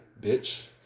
bitch